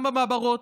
גם במעברות,